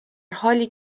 حالی